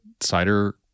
cider